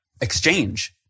exchange